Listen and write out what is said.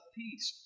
peace